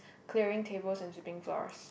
clearing tables and sweeping floors